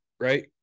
Right